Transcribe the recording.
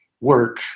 work